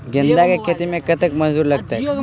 गेंदा केँ खेती मे कतेक मजदूरी लगतैक?